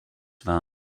war